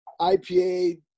IPA